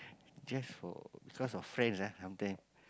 just for because of friends ah sometimes